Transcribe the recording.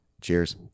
Cheers